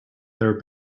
their